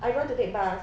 I don't want to take bus